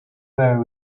were